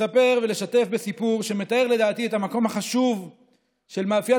לספר ולשתף בסיפור שמתאר לדעתי את המקום החשוב של מאפיית